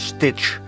Stitch